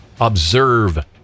observe